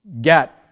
get